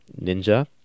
ninja